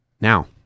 Now